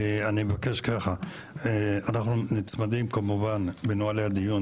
אנחנו נמצאים כמובן לנהלי הדיון